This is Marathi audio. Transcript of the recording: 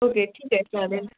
ओके ठीक आहे चालेल